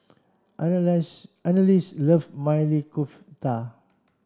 Annalise love Maili Kofta